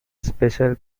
special